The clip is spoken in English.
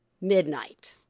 midnight